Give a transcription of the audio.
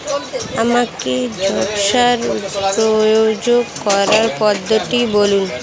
আমাকে জৈব সার প্রয়োগ করার পদ্ধতিটি বলুন?